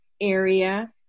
area